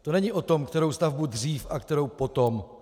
To není o tom, kterou stavbu dřív a kterou potom.